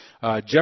Jeff